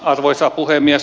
arvoisa puhemies